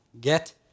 get